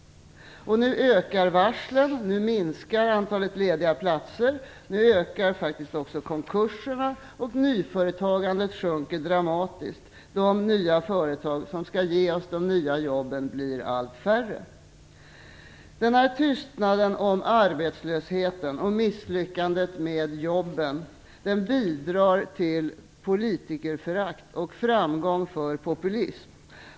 Nu ökar varslen, nu minskar antalet lediga platser, nu ökar också konkurserna och nyföretagandet sjunker dramatiskt. De nya företag som skall ge oss de nya jobben blir allt färre. Tystnaden om arbetslösheten och misslyckandet med jobben bidrar till politikerförakt och framgång för populism.